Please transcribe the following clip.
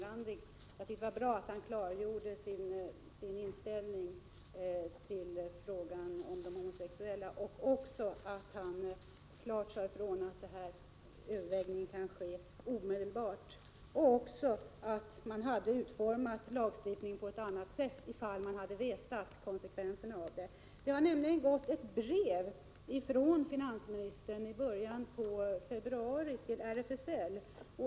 Jag tycker att det var bra att finansministern klargjorde sin inställning i fråga om de homosexuella och att han klart sade ifrån att man omedelbart kan överväga att ändra lagen och att man hade utformat den på ett annat sätt, om man hade insett konsekvenserna av den. Det har nämligen i början av februari sänts ett brev från finansministern till RFSL.